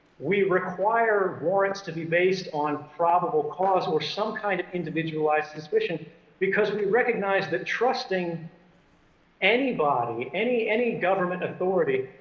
we require warrants to be based on probable cause or some kind of individualized suspicion because we recognize that trusting anybody, any any government authority,